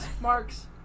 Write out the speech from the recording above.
Marks